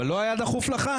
ולא היה דחוף לך?